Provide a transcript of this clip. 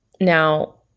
Now